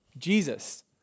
Jesus